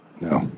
No